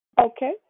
Okay